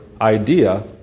idea